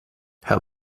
herr